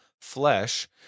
flesh